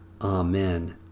Amen